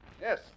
yes